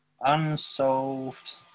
Unsolved